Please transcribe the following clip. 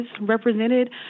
represented